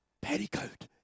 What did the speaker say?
petticoat